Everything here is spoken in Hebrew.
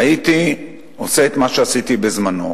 הייתי עושה את מה שעשיתי בזמני: